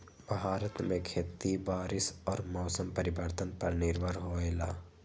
भारत में खेती बारिश और मौसम परिवर्तन पर निर्भर होयला